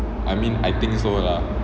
I mean I think so lah